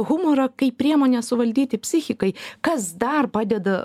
humorą kaip priemonę suvaldyti psichikai kas dar padeda